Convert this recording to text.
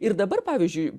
ir dabar pavyzdžiui